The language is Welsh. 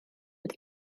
wedi